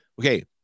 Okay